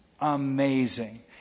Amazing